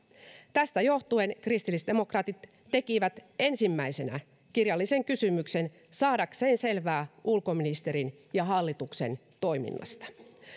tästä johtuen kristillisdemokraatit tekivät ensimmäisenä kirjallisen kysymyksen saadakseen selvää ulkoministerin ja hallituksen toiminnasta